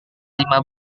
lima